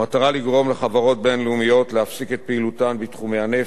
במטרה לגרום לחברות בין-לאומיות להפסיק את פעילותן בתחומי הנפט,